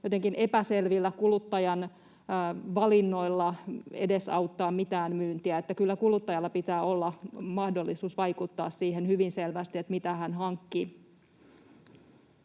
jotenkin epäselvillä kuluttajan valinnoilla edesauttaa mitään myyntiä. Kyllä kuluttajalla pitää olla mahdollisuus vaikuttaa hyvin selvästi siihen, mitä hän hankkii.